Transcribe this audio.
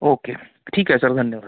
okay ठीक आ आहे सर धन्यवाद